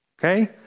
Okay